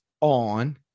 on